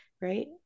right